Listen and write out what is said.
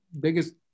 Biggest